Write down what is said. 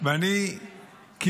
אבל אני לא סומך על הממשלה.